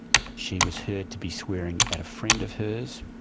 she was heard to be swearing at a friend of hers.